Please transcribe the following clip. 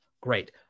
great